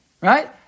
Right